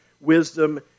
wisdom